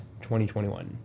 2021